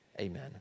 Amen